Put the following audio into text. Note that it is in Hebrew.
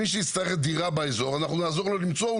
מי שיצטרך דירה באזור אנחנו נעזור לו למצוא,